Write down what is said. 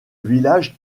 village